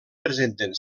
presenten